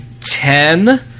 ten